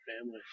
family